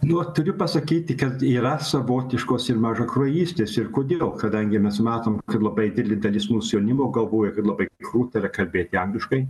nu vat turiu pasakyti kad yra savotiškos ir mažakraujystės ir kodėl kadangi mes matom kad labai didelė dalis mūsų jaunimo galvoja kad labai krūta yra kalbėti angliškai